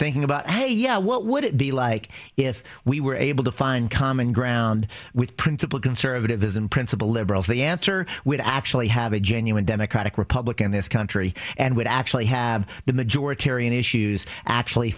thinking about hey you know what would it be like if we were able to find common ground with principled conservatives in principle liberals the answer would actually have a genuine democratic republic in this country and would actually have the majority in issues actually